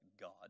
God